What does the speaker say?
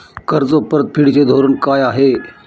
कर्ज परतफेडीचे धोरण काय आहे?